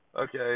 Okay